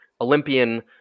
Olympian